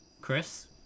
Chris